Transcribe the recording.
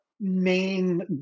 main